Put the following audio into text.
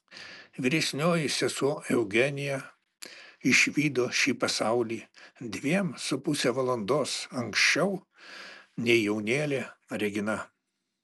vyresnioji sesuo eugenija išvydo šį pasaulį dviem su puse valandos anksčiau nei jaunėlė regina